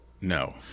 No